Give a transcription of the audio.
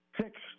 six